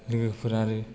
लोगोफोर आरो